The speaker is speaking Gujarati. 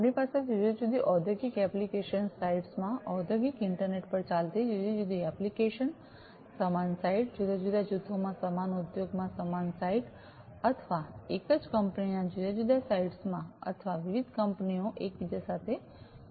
આપણી પાસે જુદી જુદી ઔદ્યોગિક એપ્લિકેશન સાઇટ્સ માં ઔદ્યોગિક ઇન્ટરનેટ પર ચાલતી જુદી જુદી એપ્લિકેશન સમાન સાઇટ જુદા જુદા જૂથો માં સમાન ઉદ્યોગમાં સમાન સાઇટ અથવા એક જ કંપનીના જુદા જુદા સાઇટ્સમાં અથવા વિવિધ કંપનીઓ એકબીજા સાથે જોડાયેલી હોઇ શકે છે